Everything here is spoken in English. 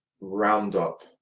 roundup